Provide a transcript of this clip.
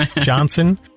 Johnson